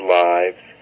lives